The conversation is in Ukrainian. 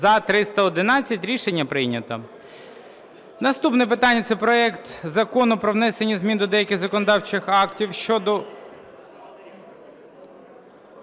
За-311 Рішення прийнято. Наступне питання – це проект Закону про внесення змін до деяких законодавчих актів щодо